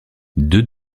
deux